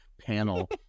panel